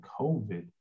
COVID